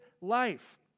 life